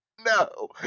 No